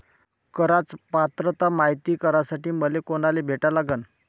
कराच पात्रता मायती करासाठी मले कोनाले भेटा लागन?